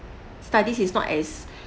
study is not as